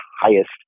highest